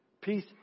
Peace